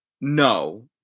No